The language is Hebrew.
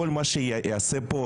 כל מה שייעשה כאן,